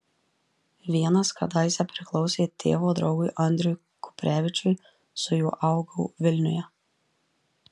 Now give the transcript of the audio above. vienas kadaise priklausė tėvo draugui andriui kuprevičiui su juo augau vilniuje